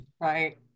Right